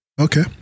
Okay